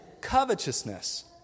Covetousness